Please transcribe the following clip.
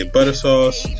Buttersauce